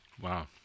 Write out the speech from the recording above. Wow